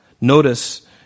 Notice